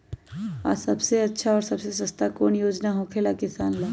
आ सबसे अच्छा और सबसे सस्ता कौन योजना होखेला किसान ला?